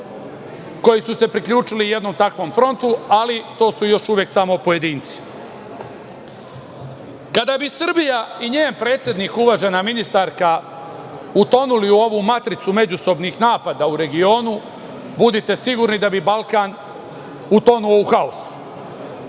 koji su se priključili jednom takvom frontu, ali to su još uvek samo pojedinci. Kada bi Srbija i njen predsednik, uvažena ministarka, utonuli u ovu matricu međusobnih napada u regionu, budite sigurni da bi Balkan utonuo u haos.